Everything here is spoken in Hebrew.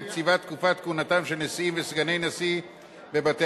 קציבת תקופת כהונתם של נשיאים וסגני נשיא בבתי-המשפט.